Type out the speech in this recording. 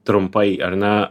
trumpai ar ne